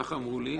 ככה אמרו לי.